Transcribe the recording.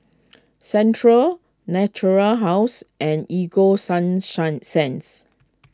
Centrum Natura House and Ego sunshine cents